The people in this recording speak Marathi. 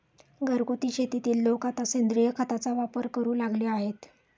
घरगुती शेतीत लोक आता सेंद्रिय खताचा वापर करू लागले आहेत